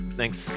thanks